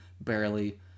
barely